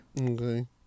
Okay